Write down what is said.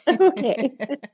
Okay